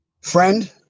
Friend